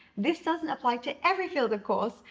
this doesn't apply to every field, of course.